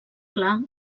clar